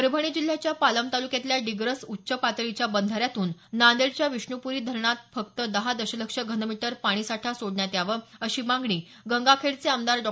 परभणी जिल्ह्याच्या पालम तालुक्यातल्या डिग्रस उच्च पातळीच्या बंधाऱ्यातून नांदेडच्या विष्णुप्री धरणात फक्त दहा दशलक्ष घनमीटर पाणीसाठा सोडण्यात यावं अशी मागणी गंगाखेडचे आमदार डॉ